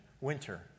winter